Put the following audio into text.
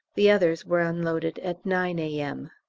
the others were unloaded at nine a m.